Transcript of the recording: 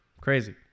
Crazy